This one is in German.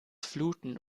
fluten